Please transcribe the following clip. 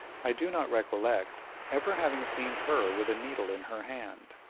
i do not recollect ever having seen her with a needle in her hand.